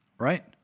Right